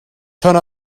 turn